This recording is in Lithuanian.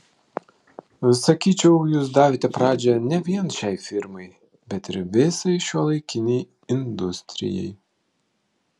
sakyčiau jūs davėte pradžią ne vien šiai firmai bet ir visai šiuolaikinei industrijai